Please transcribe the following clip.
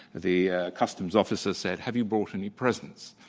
the customs officer said, have you brought any presents?